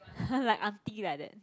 like aunty like that